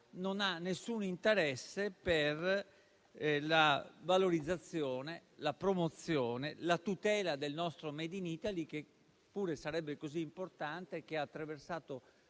non ha alcun interesse per la valorizzazione, la promozione e la tutela del nostro *made in Italy*, che pure sarebbe così importante e che ha attraversato